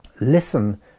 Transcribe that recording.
Listen